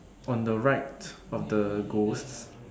on the right of the ghosts